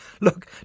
Look